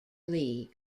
league